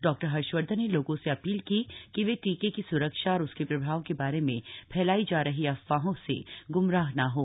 doctor Harshvardhan ने लोगों से अपील की कि वे टीके की स्रक्षा और उसके प्रभाव के बारे में फैलाई जा रही अफवाहों से गुमराह ना हों